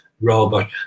robot